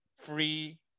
free